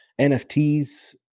NFTs